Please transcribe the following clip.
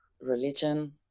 religion